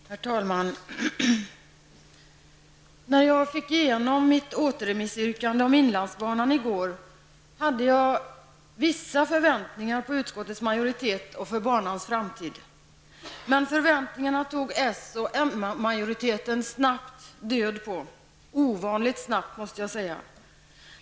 Herr talman! När jag fick igenom mitt återremissyrkande om inlandsbanan i går hade jag vissa förväntningar på utskottets majoritet och för banans framtid. Men förväntningarna tog s och mmajoriteten död på ovanligt snabbt.